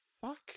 Fuck